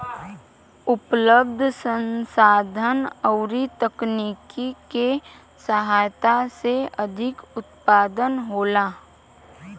उपलब्ध संसाधन अउरी तकनीकी के सहायता से अधिका उत्पादन होला